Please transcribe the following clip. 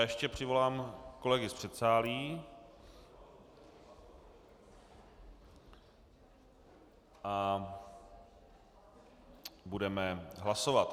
Ještě přivolám kolegy z předsálí a budeme hlasovat.